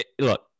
Look